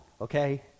okay